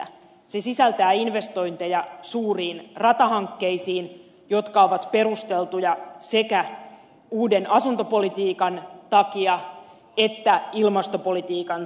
se sisältää investointeja suuriin ratahankkeisiin jotka ovat perusteltuja sekä uuden asuntopolitiikan takia että ilmastopolitiikan takia